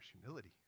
humility